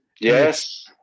Yes